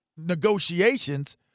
negotiations